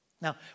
Now